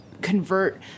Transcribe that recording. convert